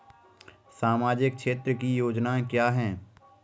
सामाजिक क्षेत्र की योजनाएँ क्या हैं?